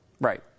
Right